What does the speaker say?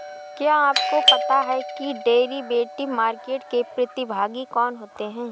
क्या आपको पता है कि डेरिवेटिव मार्केट के प्रतिभागी कौन होते हैं?